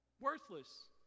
worthless